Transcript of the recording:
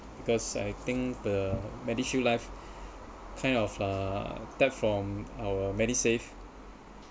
because I think the MediShield life kind of uh tap from our MediSave